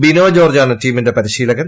ബിനോ ജോർജ്ജാണ് ടീമിന്റെ പരിശീലകൻ